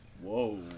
Whoa